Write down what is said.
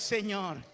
Señor